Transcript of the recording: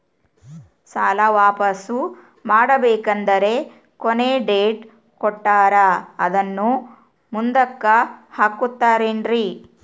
ಸಾಲ ವಾಪಾಸ್ಸು ಮಾಡಬೇಕಂದರೆ ಕೊನಿ ಡೇಟ್ ಕೊಟ್ಟಾರ ಅದನ್ನು ಮುಂದುಕ್ಕ ಹಾಕುತ್ತಾರೇನ್ರಿ?